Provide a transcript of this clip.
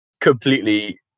completely